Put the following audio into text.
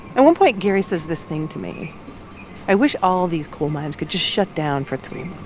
at one point, gary says this thing to me i wish all these coal mines could just shut down for three